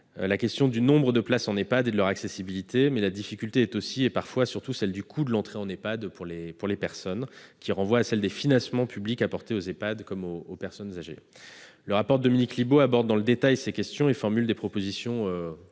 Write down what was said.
la question du nombre de places en Ehpad et de leur accessibilité, mais la difficulté est aussi, et parfois surtout, celle du coût de l'entrée en Ehpad pour les personnes, cette question renvoyant à celle des financements publics apportés aux Ehpad comme aux personnes âgées. Dans son rapport, Dominique Libault aborde dans le détail ces questions et formule des propositions